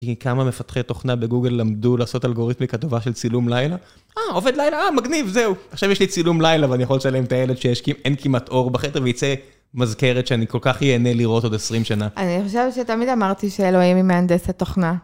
כי כמה מפתחי תוכנה בגוגל למדו לעשות אלגוריתמיקה טובה של צילום לילה? -אה, עובד לילה, אה, מגניב, זהו. עכשיו יש לי צילום לילה ואני יכול לצלם את הילד שיש, אין כמעט אור בחדר, וייצא מזכרת שאני כל כך ייהנה לראות עוד 20 שנה. -אני חושבת שתמיד אמרתי שאלוהים היא מהנדסת תוכנה.